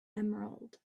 emerald